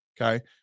okay